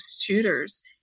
shooters